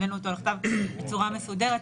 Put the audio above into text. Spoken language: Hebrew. העלינו אותו על הכתב בצורה מסודרת,